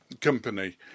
company